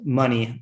money